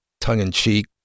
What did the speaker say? tongue-in-cheek